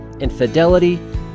infidelity